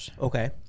Okay